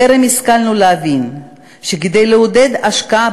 טרם השכלנו להבין שכדי לעודד השקעה